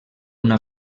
una